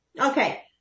Okay